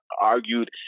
argued